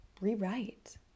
rewrite